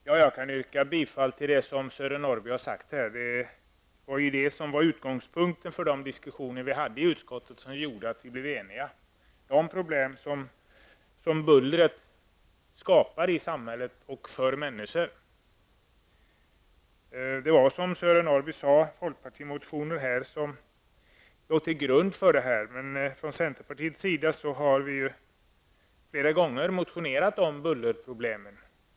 Herr talman! Jag kan instämma i det som Sören Norrby här har sagt. De problem som bullret skapar i samhället och för människor var utgångspunkten för de diskussioner vi hade i utskottet, och det var de som gjorde att vi blev eniga. Som Sören Norrby sade är det folkpartimotioner som ligger till grund för betänkandet, men från centerpartiets sida har vi flera gånger motionerat om bullerproblemen.